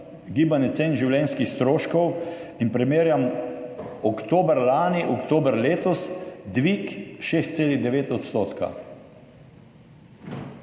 gibanje cen življenjskih stroškov in primerjam oktober lani, oktober letos, dvig 6,9 %.